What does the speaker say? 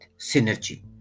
synergy